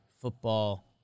football